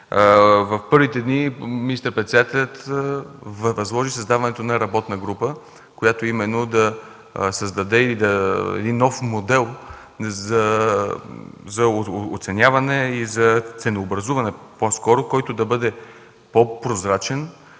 В първите дни министър-председателят възложи създаването на работна група, която именно да създаде един нов модел за оценяване и по-скоро за ценообразуване, който да бъде по-прозрачен,